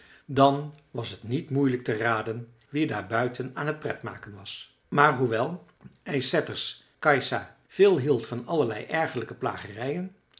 dan was t niet moeilijk te raden wie daar buiten aan t pret maken was maar hoewel ysätters kajsa veel hield van allerlei ergerlijke plagerijen